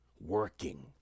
working